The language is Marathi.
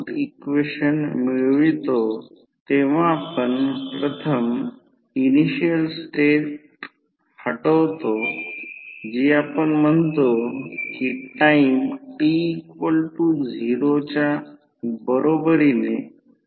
आणि फ्लक्स प्रत्यक्षात प्रायमरी आणि सेकंडरी वायडींग दोन्ही जोडेल जेव्हा हि साईड ओपन सर्किट आहे म्हणजे लोड जोडलेले नाही